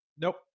Nope